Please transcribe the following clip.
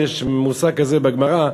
יש מושג כזה בגמרא,